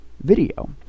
video